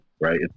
right